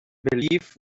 believe